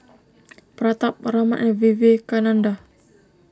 Pratap Raman and Vivekananda